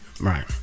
right